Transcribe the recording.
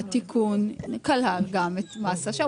התיקון כלל גם את מס השבח.